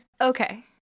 Okay